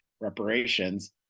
reparations